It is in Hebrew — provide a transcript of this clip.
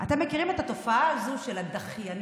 אתם מכירים את התופעה הזו של הדחיינים?